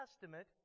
testament